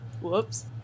Whoops